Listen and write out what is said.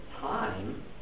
time